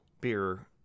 beer